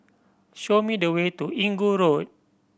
show me the way to Inggu Road